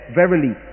verily